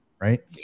Right